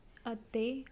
ਅਤੇ